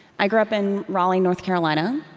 i grew up in raleigh, north carolina.